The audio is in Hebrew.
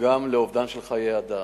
גם לאובדן של חיי אדם.